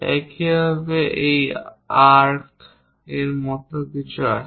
একইভাবে এই আর্ক এর মত কিছু আছে